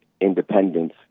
independence